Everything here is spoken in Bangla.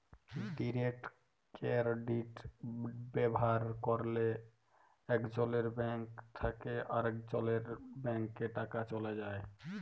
ডিরেট কেরডিট ব্যাভার ক্যরলে একজলের ব্যাংক থ্যাকে আরেকজলের ব্যাংকে টাকা চ্যলে যায়